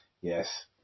Yes